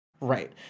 Right